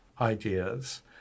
ideas